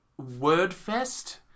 Wordfest